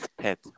pet